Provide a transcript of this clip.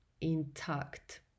intact